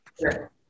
Sure